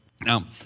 Now